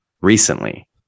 recently